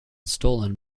stolen